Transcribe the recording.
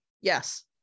yes